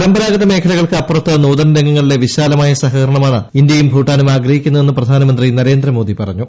പരമ്പരാഗത മേഖലകൾക്ക് അപ്പുറത്ത് നൂതന രംഗങ്ങളിലെ വിശാലമായ സഹകരണമാണ് ഇന്ത്യയും ഭൂട്ടാനും ആഗ്രഹിക്കുന്നതെന്ന് പ്രധാനമന്ത്രി നരേന്ദ്രമോദി പറഞ്ഞു